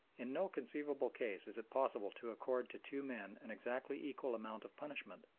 in no conceivable case is it possible to accord to two men an exactly equal amount of punishment.